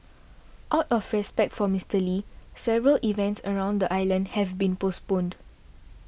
out of respect for Mister Lee several events around the island have been postponed